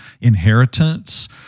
inheritance